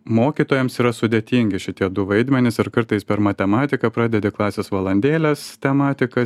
mokytojams yra sudėtingi šitie du vaidmenys ir kartais per matematiką pradedi klasės valandėles tematiką